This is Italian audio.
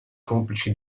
complici